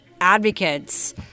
advocates